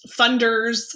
funders